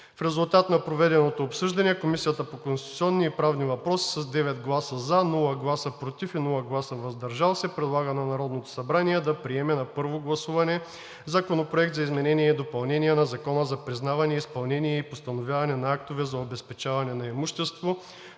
В резултат на проведеното обсъждане Комисията по конституционни и правни въпроси с 9 гласа „за“, без „против“ и „въздържал се“ предлага на Народното събрание да приеме на първо гласуване Законопроект за изменение и допълнение на Закона за признаване, изпълнение и постановяване на актове за обезпечаване на имущество,